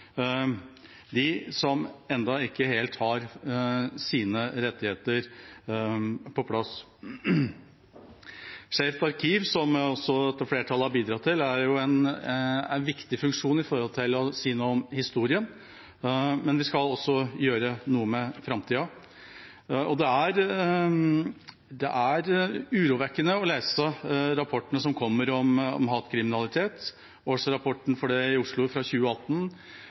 som ennå ikke helt har sine rettigheter på plass. Skeivt arkiv, som også flertallet har bidratt til, er også en viktig funksjon for å si noe om historien, men vi skal også gjøre noe med framtida. Det er urovekkende å lese rapportene som kommer om hatkriminalitet. Årsrapporten om den i Oslo for 2018